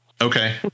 Okay